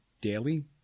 daily